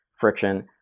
friction